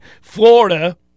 Florida